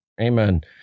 Amen